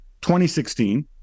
2016